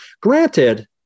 Granted